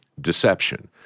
deception